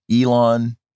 Elon